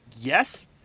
yes